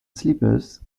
slippers